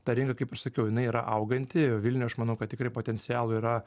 ta rinka kaip ir sakiau jinai yra auganti vilniuj aš manau kad tikrai potencialo yra